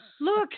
look